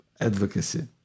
advocacy